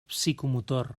psicomotor